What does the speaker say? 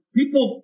people